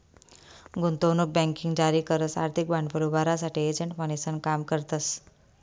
गुंतवणूक बँकिंग जारी करस आर्थिक भांडवल उभारासाठे एजंट म्हणीसन काम करतस